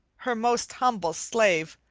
her most humble slave,